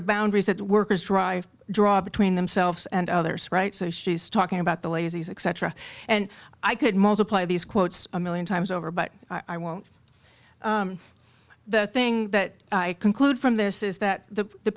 of boundaries that workers drive draw between themselves and others right so she's talking about the lazy etc and i could multiply these quotes a million times over but i won't the thing that i conclude from this is that the